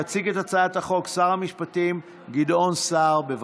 יציג את הצעת החוק שר המשפטים גדעון סער, בבקשה.